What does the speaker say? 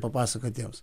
papasakot jiems